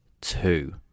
two